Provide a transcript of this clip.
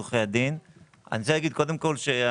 אני רוצה להגיד קודם כל,